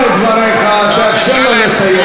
אמרת את דבריך, תאפשר לו לסיים.